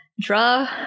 draw